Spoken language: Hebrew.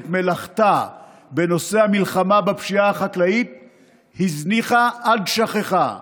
את מלאכתה בנושא המלחמה בפשיעה החקלאית הזניחה עד שכחה.